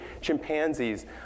chimpanzees